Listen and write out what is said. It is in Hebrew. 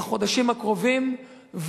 בחודשים הקרובים,